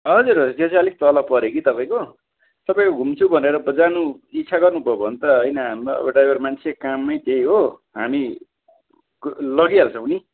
हजुर हजुर त्यो चाहिँ अलिक तल पऱ्यो कि तपाईँको तपाईँको घुम्छु भनेर जानु इच्छा गर्नु भयो भने त होइन हाम्रो हामी त ड्राइभर मान्छे काम नै त्यही हो हामी लगिहाल्छौँ नि